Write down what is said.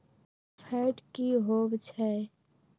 Fat की होवछै?